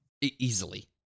easily